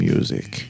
Music